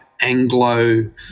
Anglo